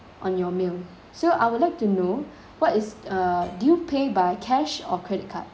on your meal so I would like to know what is uh do you pay by cash or credit card